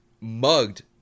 mugged